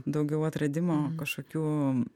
daugiau atradimo kažkokių